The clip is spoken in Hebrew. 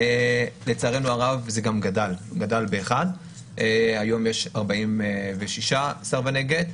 לצערנו הרב, זה גדל באחד והיום יש 46 סרבני גט.